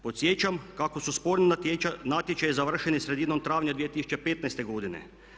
Podsjećam kako su sporni natječaji završili sredinom travnja 2015.godine.